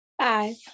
Five